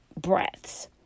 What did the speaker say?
breaths